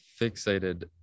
fixated